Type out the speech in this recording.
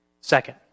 second